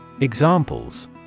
Examples